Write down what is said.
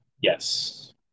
Yes